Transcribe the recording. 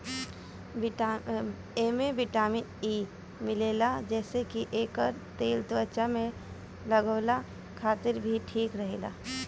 एमे vitamin E मिलेला जेसे की एकर तेल त्वचा पे लगवला खातिर भी ठीक रहेला